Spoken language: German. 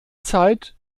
zeit